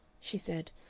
she said.